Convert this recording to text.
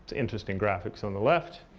interesting graphics on the left.